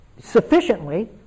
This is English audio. sufficiently